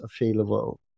available